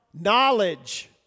knowledge